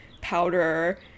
powder